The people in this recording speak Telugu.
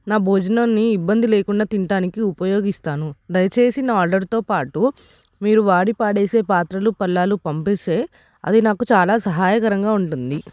నా భోజనాన్ని ఇబ్బంది లేకుండా తినాడానికి ఉపయోగిస్తాను దయచేసి నా ఆర్డర్తో పాటు మీరు వాడి పాడేసే పాత్రలు పళ్ళాలు పంపిస్తే అది నాకు చాలా సహాయకరంగా ఉంటుంది